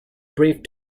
brief